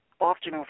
often